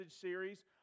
series